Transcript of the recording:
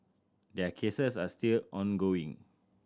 their cases are still ongoing